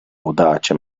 audace